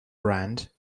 brand